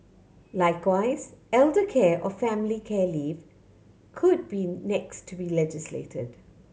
likewise elder care or family care leave could be next to be legislated